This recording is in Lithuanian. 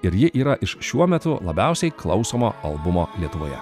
ir ji yra iš šiuo metu labiausiai klausomo albumo lietuvoje